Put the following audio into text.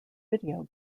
video